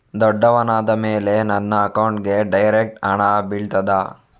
ದೊಡ್ಡವನಾದ ಮೇಲೆ ನನ್ನ ಅಕೌಂಟ್ಗೆ ಡೈರೆಕ್ಟ್ ಹಣ ಬೀಳ್ತದಾ?